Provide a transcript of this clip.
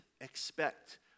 expect